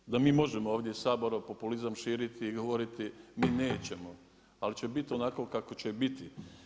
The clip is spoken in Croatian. Ja znam da mi možemo ovdje iz Sabora populizam širiti i govoriti mi nećemo ali će biti onako kako će biti.